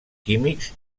químics